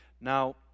Now